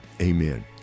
Amen